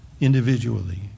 individually